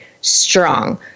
strong